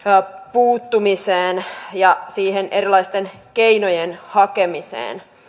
puuttumista ja siihen erilaisten keinojen hakemista